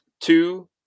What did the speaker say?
two